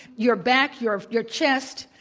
your back, your your chest,